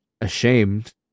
ashamed